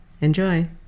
Enjoy